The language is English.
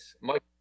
Mike